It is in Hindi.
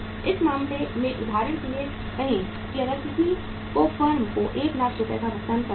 उस मामले में उदाहरण के लिए कहें कि अगर किसी को फर्म को 1 लाख रुपये का भुगतान करना है